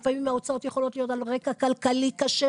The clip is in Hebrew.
לפעמים ההוצאות יכולות להיות על רקע כלכלי קשה,